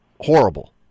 horrible